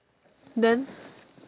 then